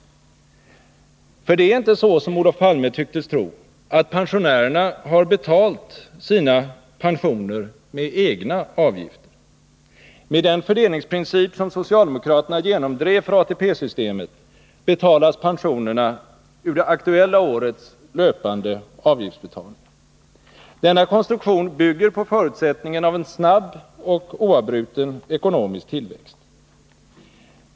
Det är nämligen inte så, som Olof Palme tycktes tro, att pensionärerna har betalat sina pensioner med egna avgifter. Med den fördelningsprincip som socialdemokraterna genomdrev för ATP-systemet betalas pensionerna ur det aktuella årets löpande avgiftsbetalningar. Denna — Nr 54 konstruktion bygger på förutsättningen av en snabb och oavbruten ekonomisk tillväxt.